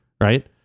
Right